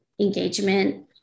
engagement